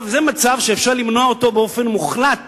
זה מצב שאפשר למנוע אותו באופן מוחלט